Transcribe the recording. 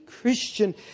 Christian